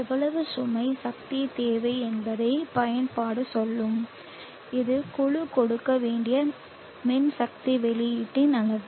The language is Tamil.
எவ்வளவு சுமை சக்தி தேவை என்பதை பயன்பாடு சொல்லும் இது குழு கொடுக்க வேண்டிய மின் சக்தி வெளியீட்டின் அளவு